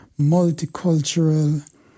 multicultural